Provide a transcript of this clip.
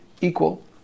equal